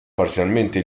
parzialmente